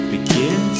Begin